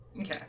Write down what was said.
Okay